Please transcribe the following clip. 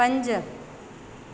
पंज